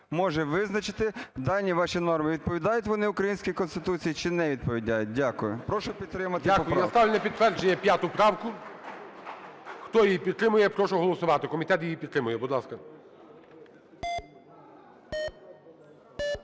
може визначити, дані ваші норми, відповідають вони українській Конституції чи не відповідають. Дякую. Прошу підтримати поправку. ГОЛОВУЮЧИЙ. Дякую. Я ставлю на підтвердження 5 правку. Хто її підтримує, прошу голосувати. Комітет її підтримує. Будь ласка.